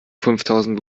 fünftausend